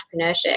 entrepreneurship